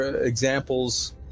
examples